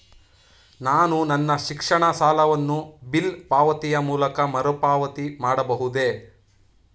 ನಾನು ನನ್ನ ಶಿಕ್ಷಣ ಸಾಲವನ್ನು ಬಿಲ್ ಪಾವತಿಯ ಮೂಲಕ ಮರುಪಾವತಿ ಮಾಡಬಹುದೇ?